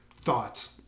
thoughts